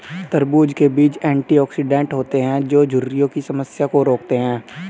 तरबूज़ के बीज एंटीऑक्सीडेंट होते है जो झुर्रियों की समस्या को रोकते है